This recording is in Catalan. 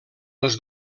els